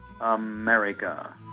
America